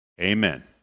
amen